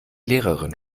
lehrerin